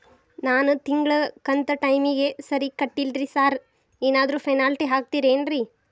ನಾನು ತಿಂಗ್ಳ ಕಂತ್ ಟೈಮಿಗ್ ಸರಿಗೆ ಕಟ್ಟಿಲ್ರಿ ಸಾರ್ ಏನಾದ್ರು ಪೆನಾಲ್ಟಿ ಹಾಕ್ತಿರೆನ್ರಿ?